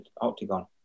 octagon